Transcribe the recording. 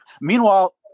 Meanwhile